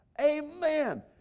Amen